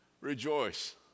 Rejoice